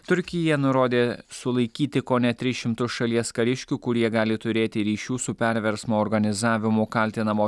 turkija nurodė sulaikyti kone tris šimtus šalies kariškių kurie gali turėti ryšių su perversmo organizavimu kaltinamo